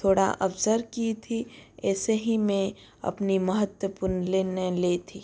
थोड़ा अवसर की थी ऐसे ही मैं अपनी महत्वपूर्ण निर्णय ली थी